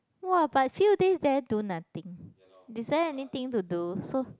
!wah! but few days there do nothing is there anything to do so